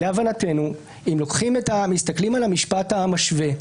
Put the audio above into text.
להבנתנו, אם מסתכלים על המשפט המשווה,